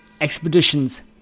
expeditions